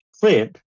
clip